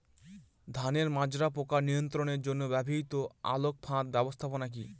ধানের মাজরা পোকা নিয়ন্ত্রণের জন্য ব্যবহৃত আলোক ফাঁদ ব্যবস্থাপনা কি?